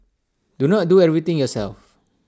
do not do everything yourself